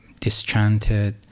dischanted